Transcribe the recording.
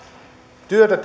työtä